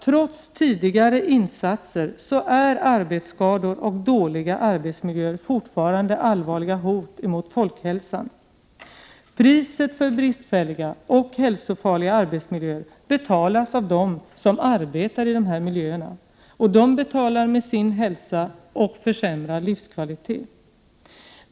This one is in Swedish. Trots tidigare insatser är nämligen arbetsskador och dåliga arbetsmiljöer fortfarande allvarliga hot mot folkhälsan. Priset för bristfälliga och hälsofarliga arbetsmiljöer betalas av dem som arbetar i dessa miljöer. De betalar med sin hälsa och försämrad livskvalitet.